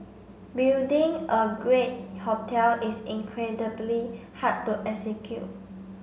building a great hotel is incredibly hard to execute